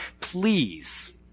please